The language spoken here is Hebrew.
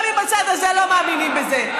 גם אם הצד הזה לא מאמינים בזה,